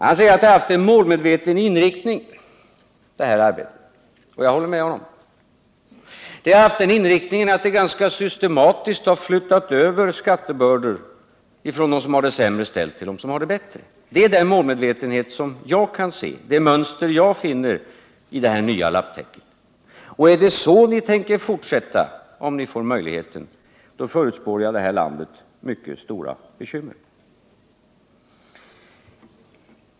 Han säger att det arbetet haft en målmedveten inriktning, och jag håller med honom. Det har haft den inriktningen att det ganska systematiskt flyttat över skattebördor från dem som har det bättre ställt till dem som har det sämre — det är det mönster jag ser i det här nya lapptäcket. Är det så ni tänker fortsätta om ni får möjlighet, då förutspår jag det här landet mycket stora bekymmer.